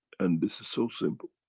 and this is so simple.